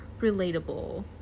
relatable